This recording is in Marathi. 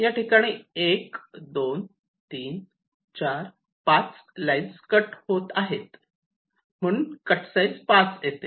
याठिकाणी 1 2 3 4 5 लाईन्स कट होत आहे म्हणून कट साइज 5 येते